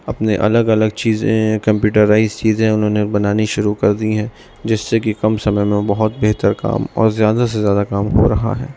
اپنے الگ الگ چیزیں کمپیوٹرائز چیزیں انہوں نے بنانی شروع کر دی ہیں جس سے کہ کم سمے میں بہت بہتر کام اور زیادہ سے زیادہ کام ہو رہا ہے